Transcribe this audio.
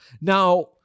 Now